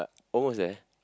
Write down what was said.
almost there